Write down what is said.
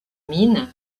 min